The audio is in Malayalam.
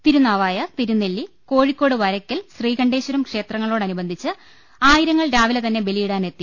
തിരുനാവായ തിരുനെല്ലി കോഴിക്കോട് വരക്കൽ ശ്രീകണ്ഠേശ്വരം ക്ഷേത്രങ്ങളോടനുബ ന്ധിച്ച് ആയിരങ്ങൾ രാവിലെതന്നെ ബലിയിടാനെത്തി